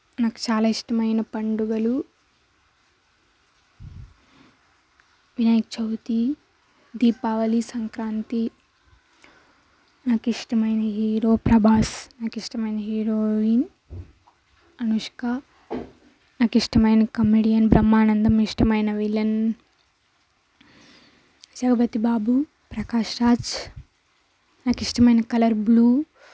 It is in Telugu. నాకు చాలా ఇష్టమైన పండుగలు వినాయక చవితి దీపావళి సంక్రాంతి నాకు ఇష్టమైన హీరో ప్రభాస్ నాకు ఇష్టమైన హీరోయిన్ అనుష్క నాకు ఇష్టమైన కమీడియన్ బ్రహ్మానందం ఇష్టమైన విలన్ జగపతిబాబు ప్రకాష్ రాజ్ నాకు ఇష్టమైన కలర్ బ్లూ